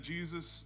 Jesus